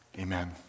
amen